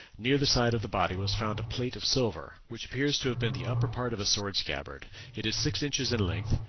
near the side of the body was found a plate of silver, which appears to have been the upper part of a sword scabbard it is six inches in length,